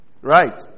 Right